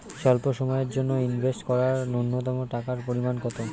স্বল্প সময়ের জন্য ইনভেস্ট করার নূন্যতম টাকার পরিমাণ কত?